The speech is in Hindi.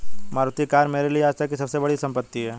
मारुति कार मेरे लिए आजतक की सबसे बड़ी संपत्ति है